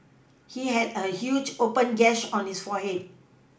he had a huge open gash on his forehead